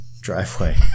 driveway